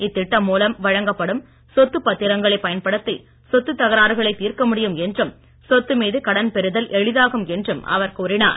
இத்திட்டம் மூலம் வழங்கப்படும் சொத்துப் பத்திரங்களை பயன்படுத்தி சொக்குக் தகராறுகளை தீர்க்க முடியும் என்றும் சொத்து மீது கடன் பெறுதல் எளிதாகும் என்றும் அவர் கூறினார்